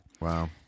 Wow